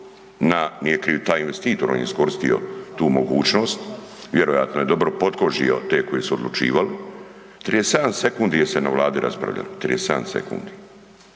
na, nije kriv taj investitor, on je iskoristio tu mogućnost, vjerojatno je dobro potkožio te koji su odlučivali, 37 sekundi je se na Vladi raspravljalo. 37 sekundi.